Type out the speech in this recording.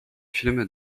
films